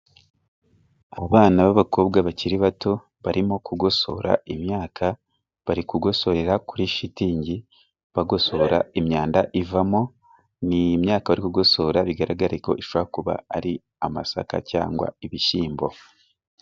Abo bana b'abakobwa bakiri bato barimo kugosora imyaka. Bari kugosorera kuri shitingi bagosora imyanda ivamo. Ni imyaka bari kugosora, bigaragare ko ishobora kuba ari amasaka cyangwa ibishyimbo.